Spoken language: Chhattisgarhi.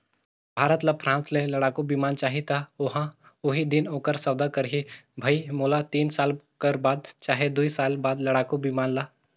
भारत ल फ्रांस ले लड़ाकु बिमान चाहीं त ओहा उहीं दिन ओखर सौदा करहीं भई मोला तीन साल कर बाद चहे दुई साल बाद लड़ाकू बिमान ल